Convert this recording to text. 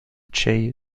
jay